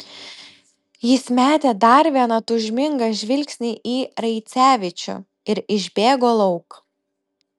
jis metė dar vieną tūžmingą žvilgsnį į raicevičių ir išbėgo lauk